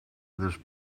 this